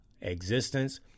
existence